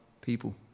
people